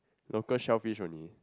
local shellfish only